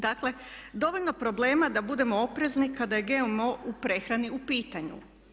Dakle, dovoljno problema da budemo oprezni kada je GMO u prehrani u pitanju.